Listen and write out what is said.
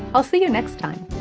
ah see you next time!